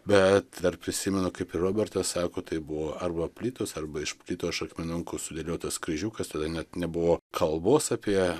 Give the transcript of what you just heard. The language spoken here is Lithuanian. bet dar prisimenu kaip ir robertas sako tai buvo arba plytos arba iš plytų iš akmenukų sudėliotas kryžiukas tada net nebuvo kalbos apie